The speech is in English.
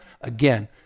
Again